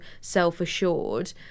self-assured